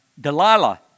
Delilah